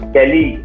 Kelly